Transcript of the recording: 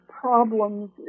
problems